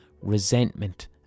resentment